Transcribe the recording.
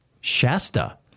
Shasta